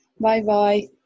Bye-bye